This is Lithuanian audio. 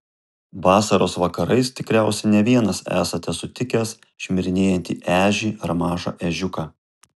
vasaros vakarais tikriausiai ne vienas esate sutikęs šmirinėjantį ežį ar mažą ežiuką